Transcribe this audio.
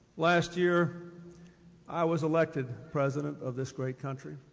last year i was elected president of this great country.